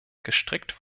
gestrickt